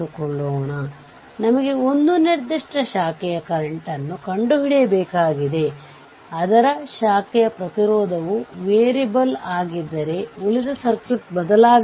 ಹೊಂದಿದೆ ಥೆವೆನಿನ್ ಸಮಾನ ಸರ್ಕ್ಯೂಟ್ ಅನ್ನು ಕಂಡುಹಿಡಿಯಲು ಅಂದರೆ VThevenin ಮತ್ತು RThevenin ಮತ್ತು ಒಂದು ಸ್ವತಂತ್ರ ಕರೆಂಟ್ ಸೋರ್ಸ್ ಇದೆ